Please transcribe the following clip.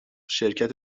شرکت